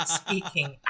speaking